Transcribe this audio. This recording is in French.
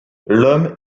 l’homme